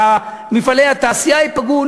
ומפעלי התעשייה ייפגעו.